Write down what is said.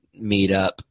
meetup